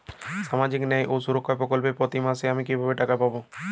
সামাজিক ন্যায় ও সুরক্ষা প্রকল্পে প্রতি মাসে আমি কিভাবে টাকা পাবো?